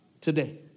today